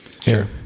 Sure